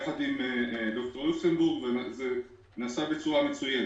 יחד עם ד"ר לוקסמבורג, וזה נעשה בצורה מצוינת.